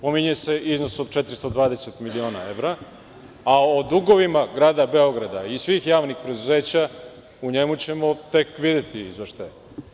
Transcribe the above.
Pominje se iznos od 420.000.000 evra, a o dugovima Grada Beograda i svih javnih preduzeća u njemu ćemo tek videti izveštaje.